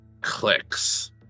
clicks